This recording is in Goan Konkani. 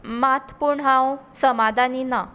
मात पूण हांव समाधानी ना